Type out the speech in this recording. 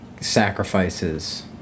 sacrifices